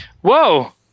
Whoa